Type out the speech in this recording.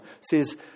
says